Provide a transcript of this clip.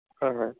হয় হয়